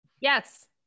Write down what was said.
Yes